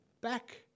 back